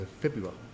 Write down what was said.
February